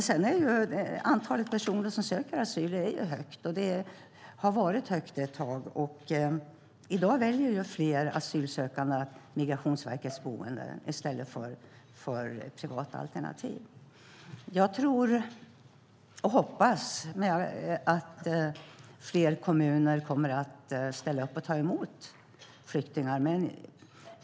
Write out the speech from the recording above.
Antalet personer som söker asyl är högt. Det har varit högt ett tag. I dag väljer fler asylsökande Migrationsverkets boenden i stället för privata alternativ. Jag tror och hoppas att fler kommuner kommer att ställa upp och ta emot flyktingar.